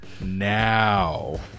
Now